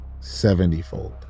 seventyfold